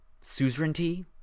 suzerainty